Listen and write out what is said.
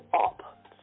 up